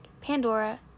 Pandora